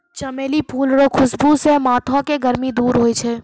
चमेली फूल रो खुशबू से माथो के गर्मी दूर होय छै